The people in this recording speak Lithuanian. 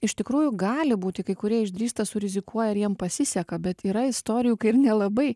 iš tikrųjų gali būti kai kurie išdrįsta surizikuoja ir jiem pasiseka bet yra istorijų kai ir nelabai